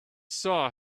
saw